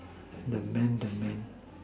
the man the man